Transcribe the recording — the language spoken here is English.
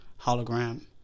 hologram